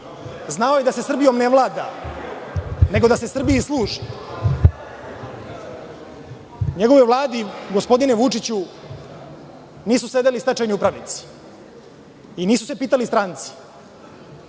znao je da se Srbijom ne vlada, nego da se Srbiji služi. U njegovoj Vladi gospodine Vučiću, nisu sedeli stečajni upravnici i nisu se pitali stranci,